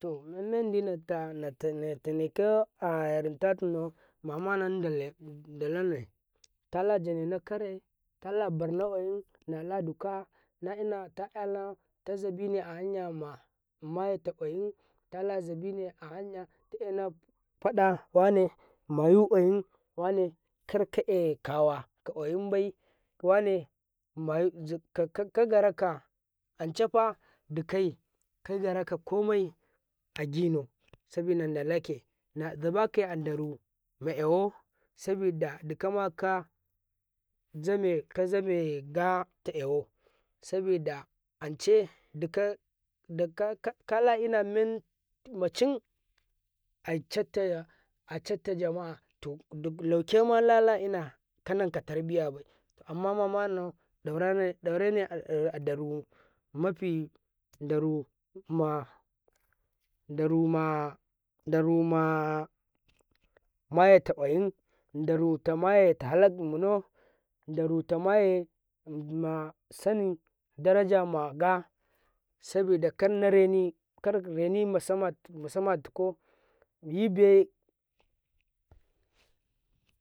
﻿to memmandi natnat ayarin tannau mamannau dala dalane tala janena ka rai tala barna ƙwayin naladuka ai talanau to zabine ahanyama maye to ƙwayin tala zabine ahanya na faɗa wane mayu ƙwayin wane kar kaƙe kawa ka ƙwa yinbai kagaraka ancafa dikai kagaraka komai aginau sabida nan dala ke na gabakai a kata daru maewau sabida dikama ka ka jame kazame taewau sabida ance dika dika kala inamemma ewau kala iname mucin acatta jama'a to laukema nala ina kanan ka tarbiyabai to amma mananau daurane daurane adaru mafi daruma daruma daruma mayeta ƙwayin daru ta mamayeta halak daruta maye masani daraja maga sabida kar nareni ma sama tunauko gide.